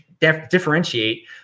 differentiate